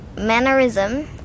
mannerism